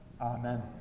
Amen